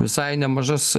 visai nemažas